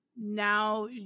now